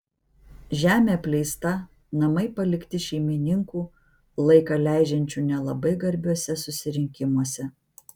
žemė apleista namai palikti šeimininkų laiką leidžiančių nelabai garbiuose susirinkimuose